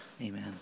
Amen